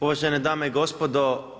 Uvažene dame i gospodo.